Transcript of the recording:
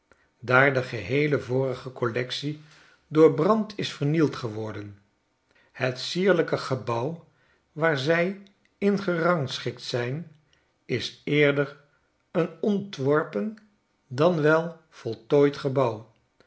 daar de geheele vorige collectie door brand is vernield geworden het sierlijke gebouw waar zij in gerangschikt zijn is eerder een ontworpen dan wel voltooid gebouw